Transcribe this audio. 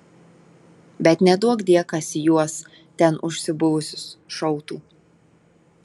bet neduokdie kas į juos ten užsibuvusius šautų